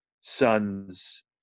son's